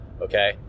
Okay